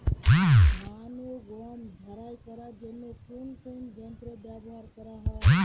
ধান ও গম ঝারাই করার জন্য কোন কোন যন্ত্র ব্যাবহার করা হয়?